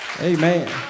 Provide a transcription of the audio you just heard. Amen